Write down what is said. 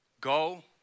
go